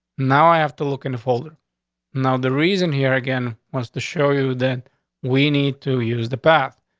now i have to look into folder now the reason here again wants to show you that we need to use the path.